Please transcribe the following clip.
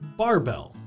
barbell